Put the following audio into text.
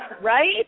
Right